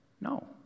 No